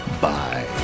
Bye